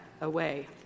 away